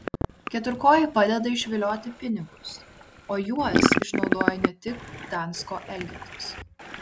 keturkojai padeda išvilioti pinigus o juos išnaudoja ne tik gdansko elgetos